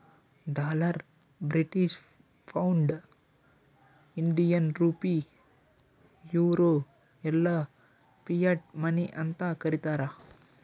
dollar, British pound, Indian rupee, euro ಎಲ್ಲಾ fiat money ಅಂತ್ ಕರೀತಾರ